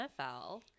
NFL